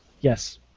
Yes